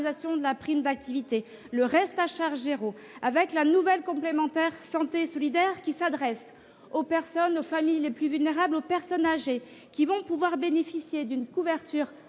de la prime d'activité, au reste à charge zéro, à la nouvelle complémentaire santé solidaire, qui s'adresse aux personnes les plus vulnérables, notamment les personnes âgées, qui vont pouvoir bénéficier d'une couverture